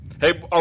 Hey